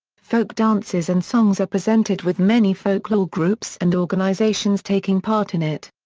folk dances and songs are presented with many folklore groups and organizations taking part in it.